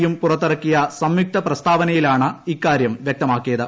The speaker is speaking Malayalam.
യും പുറ ത്തിറക്കിയ സംയുക്ത പ്രസ്താവനയിലാണ് ഇക്കാരൃം വൃക്തമാക്കിയ ത്